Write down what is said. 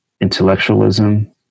intellectualism